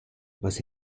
was